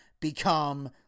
become